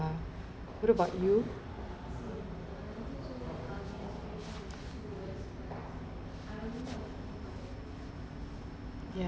what about you ya